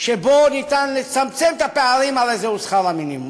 שבו אפשר לצמצם את הפערים, הרי זה שכר המינימום.